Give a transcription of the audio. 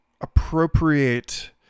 appropriate